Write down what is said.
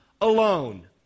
alone